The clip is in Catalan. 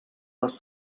les